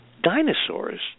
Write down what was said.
Dinosaurs